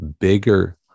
bigger